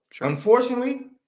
unfortunately